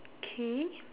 okay